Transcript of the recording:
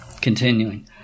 Continuing